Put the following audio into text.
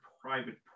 private